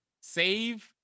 save